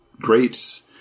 great